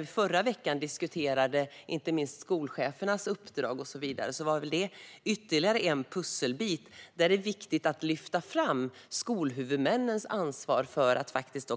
I förra veckan diskuterade vi inte minst skolchefernas uppdrag och så vidare, och det var väl ytterligare en pusselbit där det är viktigt att lyfta fram skolhuvudmännens ansvar för att faktiskt